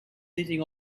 sitting